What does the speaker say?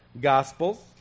gospels